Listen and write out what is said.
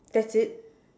that's it